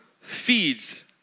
feeds